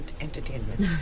entertainment